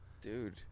Dude